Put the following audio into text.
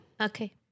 Okay